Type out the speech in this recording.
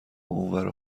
اونورا